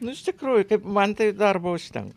nu iš tikrųjų kaip man tai darbo užtenka